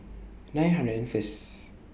nine hundred and First